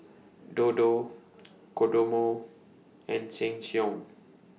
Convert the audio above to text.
Dodo Kodomo and Sheng Siong